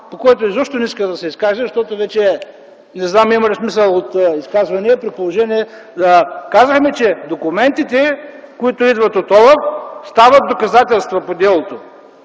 по който изобщо не исках да се изкажа, защото вече не знам има ли смисъл от изказвания. Казахме, че документите, които идват от ОЛАФ, стават доказателства по делото.